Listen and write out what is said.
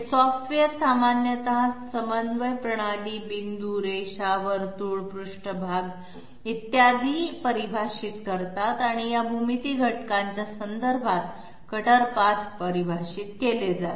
हे सॉफ्टवेअर सामान्यत समन्वय प्रणाली पॉईंट रेषा वर्तुळ पृष्ठभाग इत्यादी परिभाषित करतात आणि या भूमिती घटकांच्या संदर्भात कटर पाथ परिभाषित केले जातात